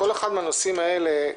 כל אחד מהנושאים האלה,